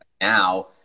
now